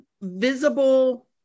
visible